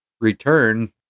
return